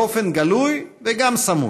באופן גלוי וגם סמוי,